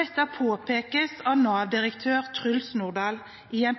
Dette påpekes av Nav-direktør Truls Nordahl i en